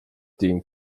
dem